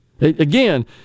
Again